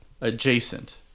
Adjacent